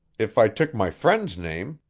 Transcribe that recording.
if i took my friend's name,